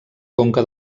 conca